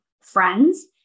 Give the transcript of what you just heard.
friends